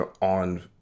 on